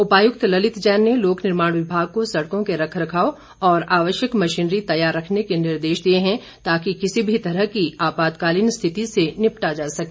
उपायुक्त ललित जैन ने लोकनिर्माण विभाग को सड़कों को रखरखाव और आवश्यक मशीनरी तैयार रखने के निर्देश दिए हैं ताकि किसी भी तरह की आपातकालीन स्थिति से निपटा जा सके